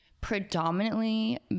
predominantly